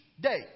day